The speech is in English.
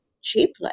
cheaply